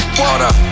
water